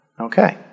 okay